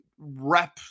rep